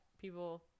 people